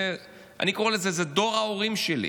אני קורא לזה דור ההורים שלי.